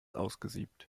ausgesiebt